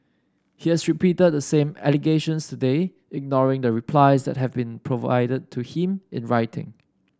he has repeated the same allegations today ignoring the replies that have been provided to him in writing